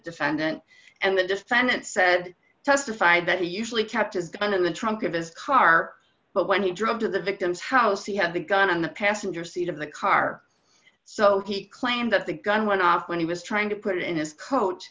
defendant and the defendant said testified that he usually kept his gun in the trunk of his car but when he drove to the victim's house he had the gun on the passenger seat of the car so he claimed that the gun went off when he was trying to put it in his coa